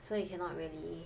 so you cannot really